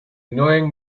knowing